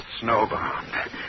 Snowbound